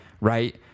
right